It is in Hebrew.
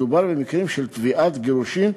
מדובר במקרים של תביעת גירושין,